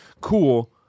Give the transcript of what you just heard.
cool